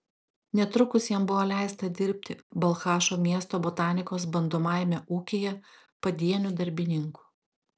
netrukus jam buvo leista dirbti balchašo miesto botanikos bandomajame ūkyje padieniu darbininku